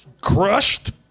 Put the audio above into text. Crushed